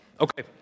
Okay